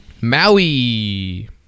Maui